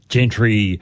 Gentry